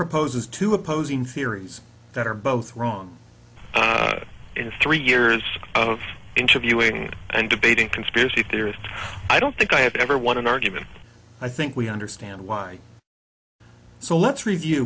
proposes two opposing theories that are both wrong in three years of interviewing and debating conspiracy theories i don't think i have ever won an argument i think we understand why so let's review